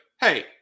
hey